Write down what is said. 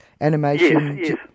Animation